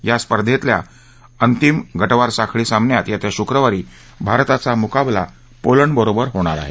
या स्पर्धेतल्या अंतिम गटवार साखळी सामन्यात येत्या शुक्रवारी भारताचा मुकाबला पोलंडबरोबर होणार आहे